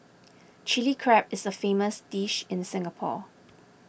Chilli Crab is a famous dish in Singapore